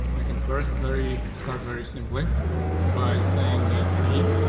i can first very start very simply by saying that be.